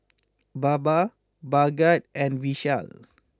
Baba Bhagat and Vishal